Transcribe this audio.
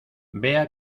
vea